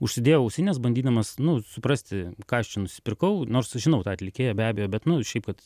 užsidėjau ausines bandydamas nu suprasti ką aš čia nusipirkau nors aš žinau tą atlikėją be abejo bet nu šiaip kad